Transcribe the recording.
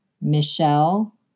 Michelle